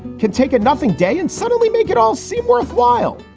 can take a nothing day and suddenly make it all seem worthwhile.